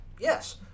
Yes